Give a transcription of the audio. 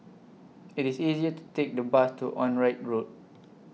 IT IS easier to Take The Bus to Onraet Road